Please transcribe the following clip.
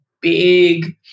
big